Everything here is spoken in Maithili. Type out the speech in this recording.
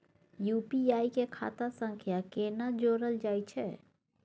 यु.पी.आई के खाता सं केना जोरल जाए छै?